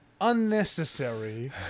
unnecessary